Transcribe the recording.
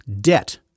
debt